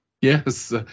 Yes